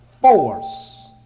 force